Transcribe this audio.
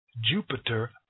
Jupiter